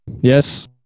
Yes